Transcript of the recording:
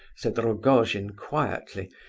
said rogojin, quietly,